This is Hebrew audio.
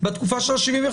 בתקופה של 75 הימים.